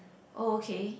oh okay